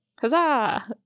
Huzzah